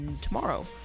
tomorrow